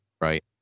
right